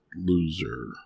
loser